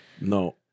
No